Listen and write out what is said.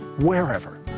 Wherever